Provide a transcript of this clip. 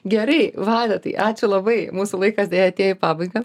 gerai vaidotai ačiū labai mūsų laikas deja atėjo į pabaigą